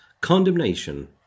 condemnation